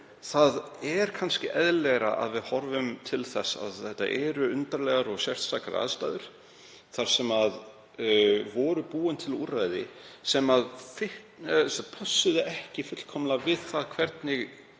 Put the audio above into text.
það er kannski eðlilegra að við horfum til þess að þetta eru undarlegar og sérstakar aðstæður þar sem voru búin til úrræði sem pössuðu ekki fullkomlega við það hvernig